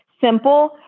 simple